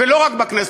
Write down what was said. ולא רק בכנסת,